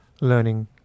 learning